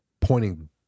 pointing